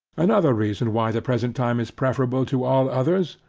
another reason why the present time is preferable to all others,